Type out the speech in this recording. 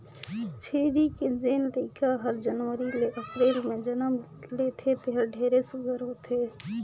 छेरी के जेन लइका हर जनवरी ले अपरेल में जनम लेथे तेहर ढेरे सुग्घर होथे